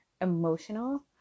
emotional